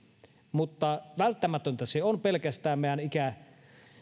mutta välttämätöntä se on pelkästään meidän